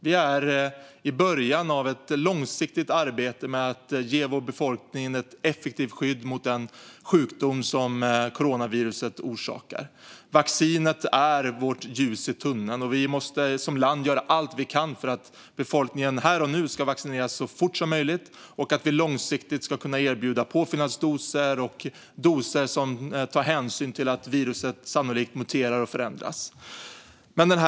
Vi är i början av ett långsiktigt arbete med att ge vår befolkning ett effektivt skydd mot den sjukdom som coronaviruset orsakar. Vaccinet är vårt ljus i tunneln, och vi måste som land göra allt vi kan för att befolkningen här och nu ska vaccineras så fort som möjligt och för att vi långsiktigt ska kunna erbjuda påfyllnadsdoser och doser som tar hänsyn till att viruset sannolikt muterar och förändras.